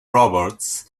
roberts